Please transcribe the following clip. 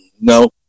No